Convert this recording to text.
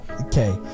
okay